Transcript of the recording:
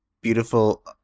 beautiful